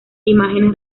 imágenes